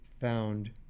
found